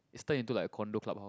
it's turned into like a condo clubhouse